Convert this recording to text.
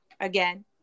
again